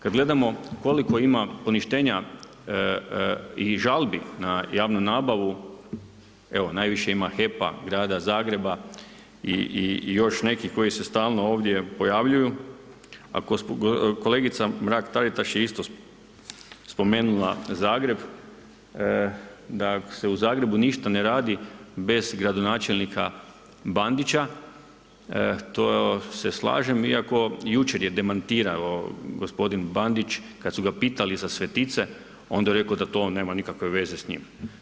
Kada gledamo koliko imamo poništenja i žalbi na javnu nabavu evo najviše ima HEP-a, grada Zagreba i još neki koji se stalno ovdje pojavljuju, a kolegica Mrak-Taritaš je isto spomenula Zagreb, da ako se u Zagrebu ništa ne radi bez gradonačelnika Bandića, to se slažem, iako je jučer demantirao gospodin Bandić kada su ga pitali za Svetice, onda je rekao da to nema nikakve veze s njim.